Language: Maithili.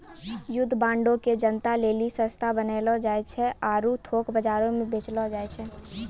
युद्ध बांडो के जनता लेली सस्ता बनैलो जाय छै आरु थोक बजारो मे बेचलो जाय छै